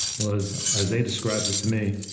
was, as they described it to me,